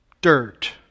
dirt